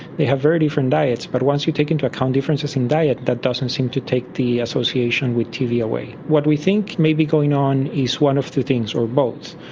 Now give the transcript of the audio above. they have very different diets but once you take into account differences in diet, that doesn't seem to take the association with tv away. what we think may be going on is one of two things or both.